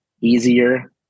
easier